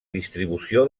distribució